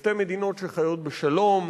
ושתי מדינות שחיות בשלום,